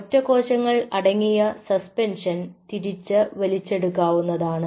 ഒറ്റ കോശങ്ങൾ അടങ്ങിയ സസ്പെൻഷൻ തിരിച്ചു വലിച്ചെടുക്കാവുന്നതാണ്